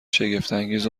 شگفتانگیز